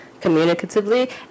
communicatively